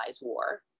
war